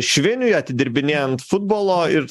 šviniui atidirbinėjant futbolo ir